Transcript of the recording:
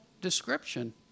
description